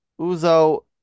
Uzo